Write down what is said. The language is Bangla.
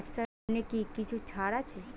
ব্যাবসার লোনে কি কিছু ছাড় আছে?